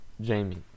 Jamie